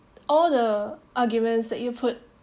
all the arguments that you put